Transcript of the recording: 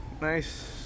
Nice